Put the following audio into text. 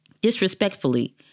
disrespectfully